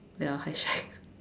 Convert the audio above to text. ya I check